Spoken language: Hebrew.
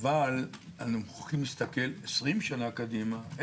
אבל אנחנו מוכרחים להסתכל 20 שנה קדימה,